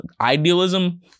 idealism